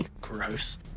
Gross